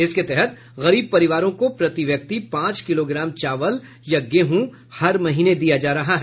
इसके तहत गरीब परिवारों को प्रति व्यक्ति पांच किलोग्राम चावल या गेहूं हर महीने दिया जा रहा है